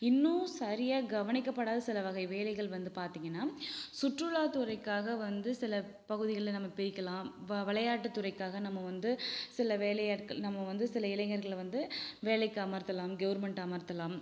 இன்னும் சரியாக கவனிக்கப்படாத சில வகை வேலைகள் வந்து பார்த்தீங்கன்னா சுற்றுலாத்துறைக்காக வந்து சில பகுதிகளை நம்ம பிரிக்கலாம் வ விளையாட்டுத் துறைக்காக நம்ம வந்து சில வேலையாட்கள் நம்ம வந்து சில இளைஞர்களை வந்து வேலைக்கு அமர்த்தலாம் கவுர்மெண்ட் அமர்த்தலாம்